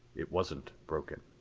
it wasn't broken.